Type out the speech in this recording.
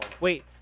Wait